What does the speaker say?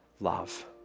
love